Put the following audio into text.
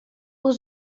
was